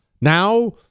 Now